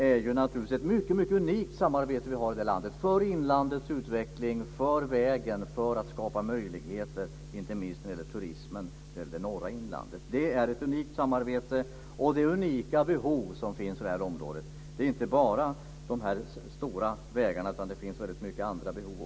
Det är ett mycket unikt samarbete vi har i landet för inlandets utveckling, för vägen och för att skapa möjligheter inte minst när det gäller turismen i norra inlandet. Det är ett unikt samarbete, och det är unika behov som finns i området. Det är inte bara de stora vägarna, utan det finns också väldigt många andra behov.